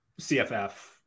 CFF